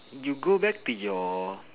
you go back to your